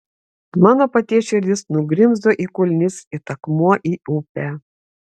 mano paties širdis nugrimzdo į kulnis it akmuo į upę